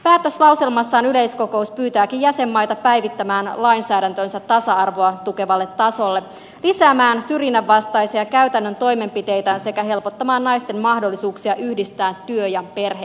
päätöslauselmassaan yleiskokous pyytääkin jäsenmaita päivittämään lainsäädäntönsä tasa arvoa tukevalle tasolle lisäämään syrjinnänvastaisia käytännön toimenpiteitä sekä helpottamaan naisten mahdollisuuksia yhdistää työ ja perhe elämä